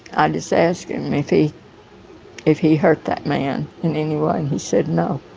i just asked him if he if he hurt that man in any way. and he said no.